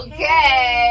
Okay